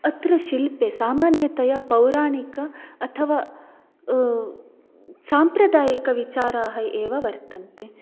अत्र शिल्पे सामान्यतया पौराणिक अथवा साम्प्रदायिकविचाराः एव वर्तन्ते